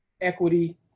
equity